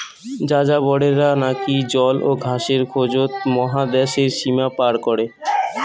যাযাবরেরা নাকি জল ও ঘাসের খোঁজত মহাদ্যাশের সীমা পার করে